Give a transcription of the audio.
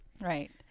Right